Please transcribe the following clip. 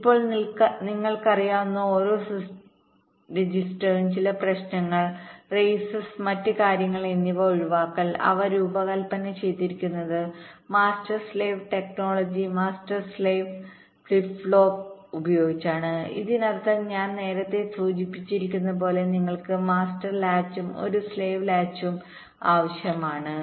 ഇപ്പോൾ നിങ്ങൾക്കറിയാവുന്ന ഓരോ രജിസ്റ്ററും ചില പ്രശ്നങ്ങൾ റസസ് മറ്റ് കാര്യങ്ങൾ എന്നിവ ഒഴിവാക്കാൻ അവ രൂപകൽപ്പന ചെയ്തിരിക്കുന്നത് master slave technology master slave flip ഫ്ലോപ്പ്ഉപയോഗിച്ചാണ് ഇതിനർത്ഥം ഞാൻ നേരത്തെ സൂചിപ്പിച്ചതുപോലെ നിങ്ങൾക്ക് മാസ്റ്റർ ലാച്ചും ഒരു സ്ലേവ് ലാച്ചും ആവശ്യമാണ്